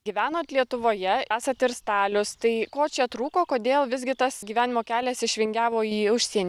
gyvenot lietuvoje esat ir stalius tai ko čia trūko kodėl visgi tas gyvenimo kelias išvingiavo į užsienį